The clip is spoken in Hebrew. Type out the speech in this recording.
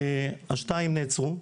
השניים נעצרו.